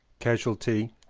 casualty,